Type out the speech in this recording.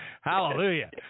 Hallelujah